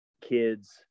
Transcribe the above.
kids